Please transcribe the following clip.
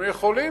הם יכולים.